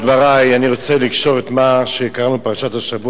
אני רוצה לקשור את מה שקראנו בפרשת השבוע אתמול,